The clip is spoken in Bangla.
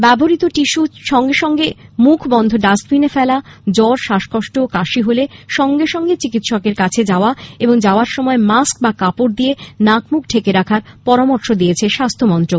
ব্যবহৃত টিস্যু সঙ্গে সঙ্গে মুখ বন্ধ ডাস্টবিনে ফেলা জুর শ্বাসকষ্ট ও কাশি হলে সঙ্গে সঙ্গে চিকিৎসকের কাছে যাওয়া এবং যাওয়ার সময় মাস্ক বা কাপড় দিয়ে নাক মুখ ঢেকে রাখার পরামর্শ দিয়েছে স্বাস্থ্য মন্ত্রক